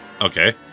Okay